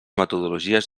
metodologies